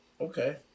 Okay